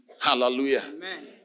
Hallelujah